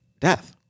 death